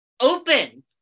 open